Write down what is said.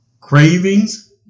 Cravings